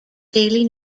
daily